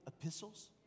epistles